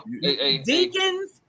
deacons